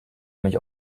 mich